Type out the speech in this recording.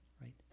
right